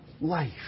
life